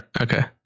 Okay